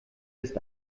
ist